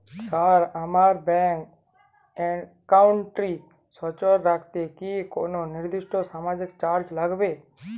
Sir আমার bank একাউন্টটি সচল রাখতে কি কোনো নির্দিষ্ট মাসিক চার্জ লাগবে?